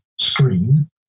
Screen